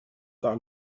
par